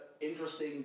interesting